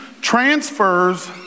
transfers